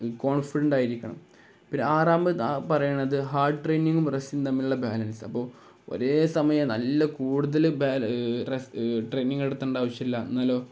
confident ആയിരിക്കണം പിന്നെ ആറാമത് പറയുന്നത് ഹാർഡ് ട്രെയിനിങ്ങും റസ്റ്റും തമ്മിലുള്ള ബാലൻസ് അപ്പോള് ഒരേസമയം നല്ല കൂടുതല് ട്രെയിനിങ് എടുക്കേണ്ട ആവശ്യമില്ല എന്നാലോ